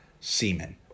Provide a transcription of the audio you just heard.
Semen